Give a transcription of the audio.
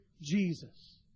Jesus